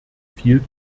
viel